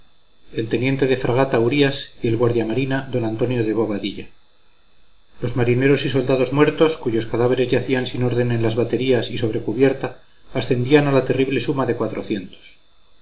el teniente de fragata urías y el guardia marina don antonio de bobadilla los marineros y soldados muertos cuyos cadáveres yacían sin orden en las baterías y sobre cubierta ascendían a la terrible suma de cuatrocientos